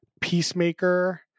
Peacemaker